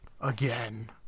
again